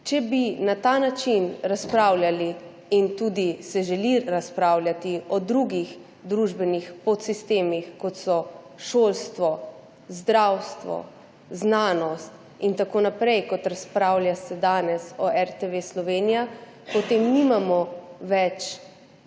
Če bi na ta način razpravljali in bi se želelo razpravljati tudi o drugih družbenih podsistemih, kot so šolstvo, zdravstvo, znanost in tako naprej, kot se danes razpravlja o RTV Slovenija, potem nimamo več